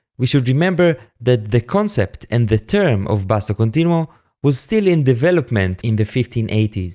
we should remember that the concept and the term of basso continuo was still in development in the fifteen eighty s.